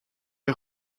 est